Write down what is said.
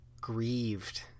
grieved